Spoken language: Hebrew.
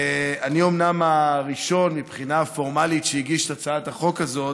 אני אומנם הראשון מבחינה פורמלית שהגיש את הצעת החוק הזאת,